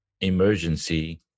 emergency